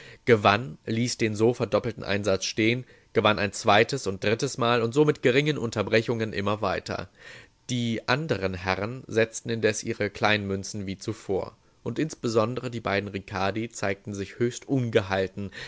gewann ließ den so verdoppelten einsatz stehen gewann ein zweites und drittes mal und so mit geringen unterbrechungen immer weiter die andern herren setzten indes ihre kleinen münzen wie zuvor und insbesondere die beiden ricardi zeigten sich höchst ungehalten